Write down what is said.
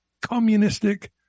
communistic